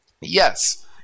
Yes